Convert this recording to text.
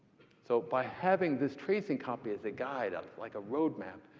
so by having this tracing copy as a guide, ah like a road map,